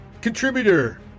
Contributor